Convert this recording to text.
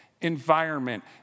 environment